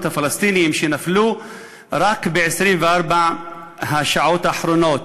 הפלסטינים שנפלו רק ב-24 השעות האחרונות: